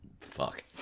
fuck